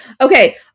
Okay